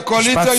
הקואליציה,